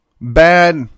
bad